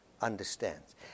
understands